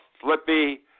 flippy